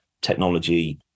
technology